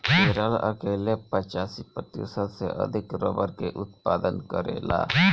केरल अकेले पचासी प्रतिशत से अधिक रबड़ के उत्पादन करेला